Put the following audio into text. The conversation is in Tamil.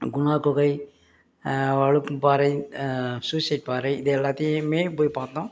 குணா குகை வழுக்கும் பாறை சூசைட் பாறை இது எல்லாத்தையுமே போய் பார்த்தோம்